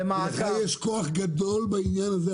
ולך יש כוח גדול בעניין הזה,